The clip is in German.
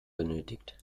benötigt